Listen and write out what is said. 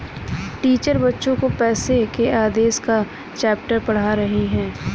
teacher बच्चो को पैसे के आदेश का चैप्टर पढ़ा रही हैं